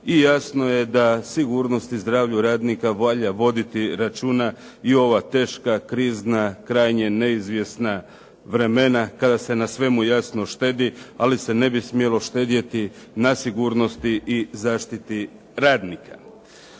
I jasno je da sigurnosti o zdravlju radnika valja voditi računa i u ova teška, krizna, krajnje neizvjesna vremena, kada se na svemu jasno štedi, ali se ne bis smjelo štedjeti na sigurnosti i zaštiti radnika.